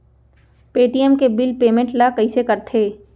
Paytm के bill payment ल कइसे करथे?